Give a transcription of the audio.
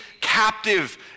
captive